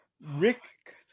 Rick